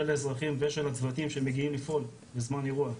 אזרחים ושל הצוותים שמגיעים לפעול בזמן אירוע,